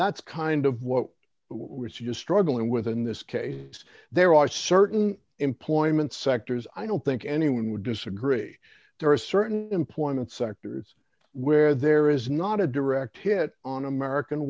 that's kind of what was you struggling with in this case there are certain employment sectors i don't think anyone would disagree there are certain employment sectors where there is not a direct hit on american